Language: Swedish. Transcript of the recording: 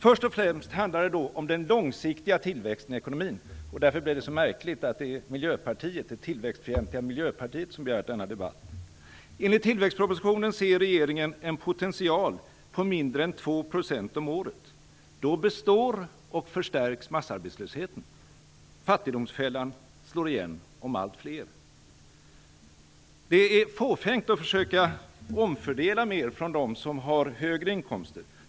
Först och främst handlar det om den långsiktiga tillväxten i ekonomin. Därför är det märkligt att det är det tillväxtfientliga Miljöpartiet som begärt denna debatt. Enligt tillväxtpropositionen ser regeringen en potential på mindre än 2 % om året. Då består och förstärks massarbetslösheten. Fattigdomsfällan slår igen om allt fler. Det är fåfängt att försöka omfördela mer från dem som har högre inkomster.